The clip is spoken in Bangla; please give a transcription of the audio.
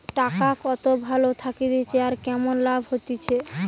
টাকা কত ভালো থাকতিছে আর কেমন লাভ হতিছে